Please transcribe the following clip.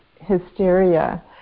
hysteria